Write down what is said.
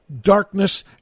darkness